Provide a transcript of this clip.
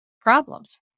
problems